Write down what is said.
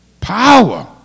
Power